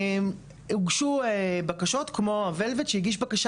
הוגשו בקשות כמו הוולווט שהגיש בקשה